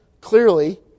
clearly